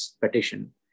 petition